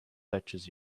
touches